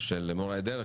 של מורי הדרך,